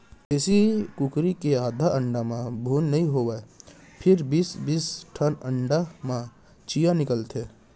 देसी कुकरी के आधा अंडा म भ्रून नइ होवय फेर बीस बीस ठन अंडा म चियॉं निकलथे